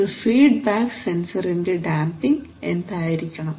ഒരു ഒരു ഫീഡ്ബാക്ക് സെൻസറിന്റെ ഡാംപിങ് എന്തായിരിക്കണം